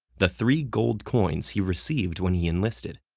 the three gold coins he received when he enlisted.